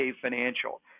Financial